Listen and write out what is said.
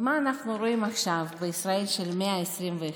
ומה אנחנו רואים עכשיו, בישראל של המאה ה-21?